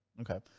Okay